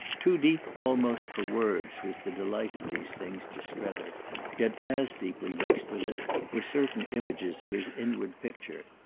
too deep almost for words was the delight of these things to strether yet as deeply mixed with it were certain images of his inward picture.